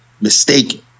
mistaken